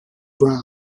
brown